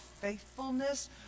faithfulness